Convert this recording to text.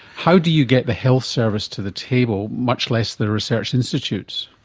how do you get the health service to the table, much less the research institutes?